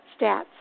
stats